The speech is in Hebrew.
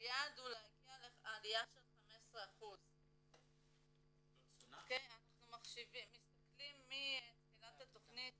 היעד הוא להגיע לעליה של 15%. אנחנו מסתכלים מתחילת התכנית